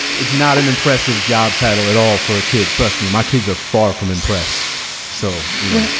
it's not an impressive job title at all for a kid. trust me, my kids are far from impressed so, you know,